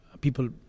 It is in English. People